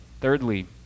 Thirdly